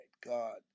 God